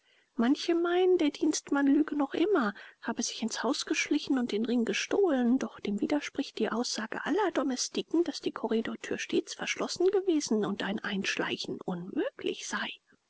manche meinen der dienstmann lüge noch immer habe sich ins haus geschlichen und den ring gestohlen doch dem widerspricht die aussage aller domestiken daß die korridortür stets verschlossen gewesen und ein einschleichen unmöglich sei